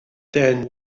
then